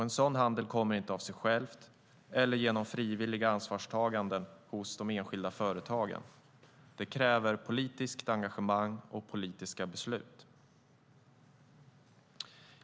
En sådan handel kommer inte av sig själv eller genom frivilliga ansvarstaganden hos de enskilda företagen. Det kräver politiskt engagemang och politiska beslut.